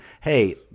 hey